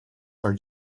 are